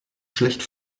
schlecht